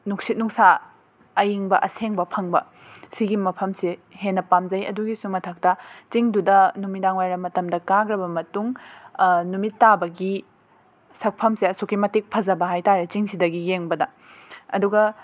ꯅꯨꯡꯁꯤꯠ ꯅꯨꯡꯁꯥ ꯑꯏꯪꯕ ꯑꯁꯦꯡꯕ ꯐꯪꯕ ꯑꯁꯤꯒꯤ ꯃꯐꯝꯁꯦ ꯍꯦꯟꯅ ꯄꯥꯝꯖꯩ ꯑꯗꯨꯒꯤꯁꯨ ꯃꯊꯛꯇ ꯆꯤꯡꯗꯨꯗ ꯅꯨꯃꯤꯗꯥꯡ ꯋꯥꯏꯔꯝ ꯃꯇꯝꯗ ꯀꯥꯈ꯭ꯔꯕ ꯃꯇꯨꯡ ꯅꯨꯃꯤꯠ ꯇꯥꯕꯒꯤ ꯁꯛꯐꯝꯁꯦ ꯑꯁꯨꯛꯀꯤ ꯃꯇꯤꯛ ꯐꯖꯕ ꯍꯥꯏꯕ ꯇꯥꯔꯦ ꯆꯤꯡꯁꯤꯗꯒꯤ ꯌꯦꯡꯕꯗ ꯑꯗꯨꯒ